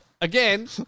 again